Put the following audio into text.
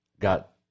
got